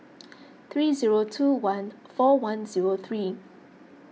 three zero two one four one zero three